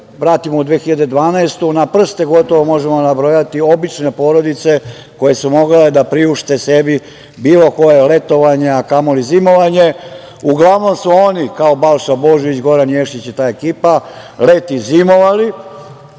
vratimo u 2012. godinu, na prste gotovo možemo nabrojati obične porodice koje su mogle da priušte sebi bilo koja letovanja, a kamoli zimovanje. Uglavnom su oni kao Balša Božović, Goran Ješić i ta ekipa leti zimovali,